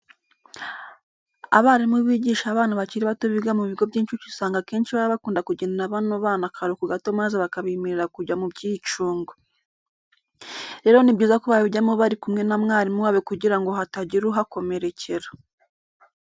Abarimu bigisha abana bakiri bato biga mu bigo by'incuke usanga akenshi baba bakunda kugenera bano bana akaruhuko gato maze bakabemerera kujya mu byicungo. Rero ni byiza ko babijyamo bari kumwe na mwarimu wabo kugira ngo hatagira uhakomerekera.